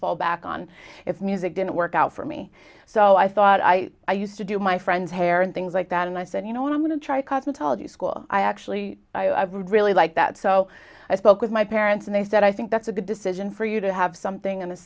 fall back on if music didn't work out for me so i thought i used to do my friends hair and things like that and i said you know what i'm going to try cosmetology school i actually really like that so i spoke with my parents and they said i think that's a good decision for you to have something on